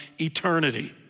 eternity